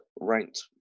ranked